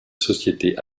société